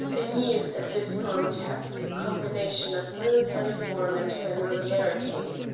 amused at this grotesque combination of military form and familiarity.